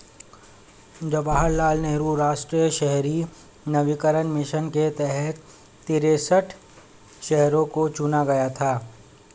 जवाहर लाल नेहरू राष्ट्रीय शहरी नवीकरण मिशन के तहत तिरेसठ शहरों को चुना गया था